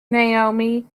naomi